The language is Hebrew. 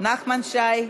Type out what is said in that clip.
לצערי היום,